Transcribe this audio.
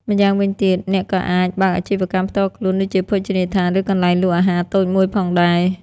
ម្យ៉ាងវិញទៀត អ្នកក៏អាចបើកអាជីវកម្មផ្ទាល់ខ្លួន ដូចជាភោជនីយដ្ឋាន ឬកន្លែងលក់អាហារតូចមួយផងដែរ។